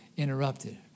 Interrupted